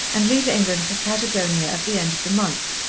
and leave england for patagonia at the end of the month.